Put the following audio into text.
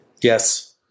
Yes